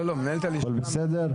הכול בסדר?